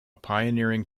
pioneering